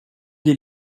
des